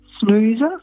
snoozer